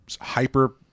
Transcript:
hyper